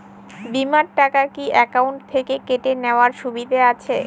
বিমার টাকা কি অ্যাকাউন্ট থেকে কেটে নেওয়ার সুবিধা আছে?